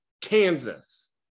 Kansas